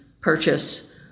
Purchase